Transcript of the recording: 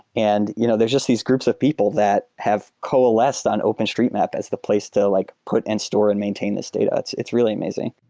and you know there are just these groups of people that have coalesced on openstreetmap as the place to like put and stores and maintain this data. it's it's really amazing.